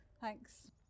Thanks